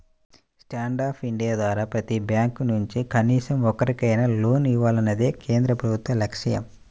stand up India ద్వారా ప్రతి bank నుంచి కనీసం ఒక్కరికైనా లోన్ ఇవ్వాలన్నదే కేంద్ర ప్రభుత్వ లక్ష్యం